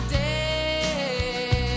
day